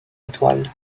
étoile